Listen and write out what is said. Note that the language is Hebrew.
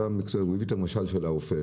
הוא הביא את המשל של האופה